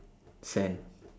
sand